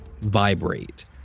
Vibrate